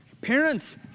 parents